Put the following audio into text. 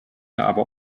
aber